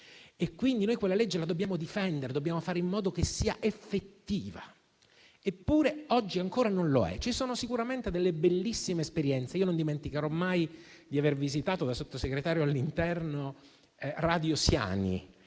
E quindi la dobbiamo difendere, dobbiamo fare in modo che sia effettiva. Eppure, oggi ancora non lo è. Ci sono sicuramente delle bellissime esperienze. Non dimenticherò mai di aver visitato Radio Siani da Sottosegretario all'interno, una radio